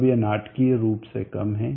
अब यह नाटकीय रूप से कम है